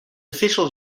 official